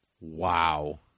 Wow